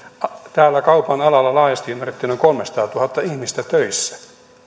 täällä kaupan alalla laajasti ymmärrettynä on kolmesataatuhatta ihmistä töissä